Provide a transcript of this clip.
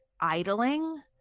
idling